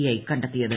I കണ്ടെത്തിയത്